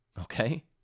Okay